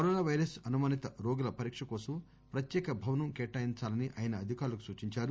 corona virus అనుమానిత రోగుల పరీక్ష కోసం ప్రత్యేక భవనం కేటాయించాలని ఆయన అధికారులకు సూచించారు